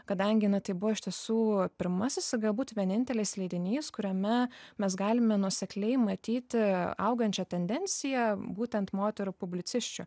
kadangi na tai buvo iš tiesų pirmasis i gabūt vienintelis leidinys kuriame mes galime nuosekliai matyti augančią tendenciją būtent moterų publicisčių